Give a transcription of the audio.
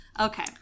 Okay